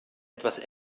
etwas